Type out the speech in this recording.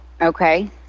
Okay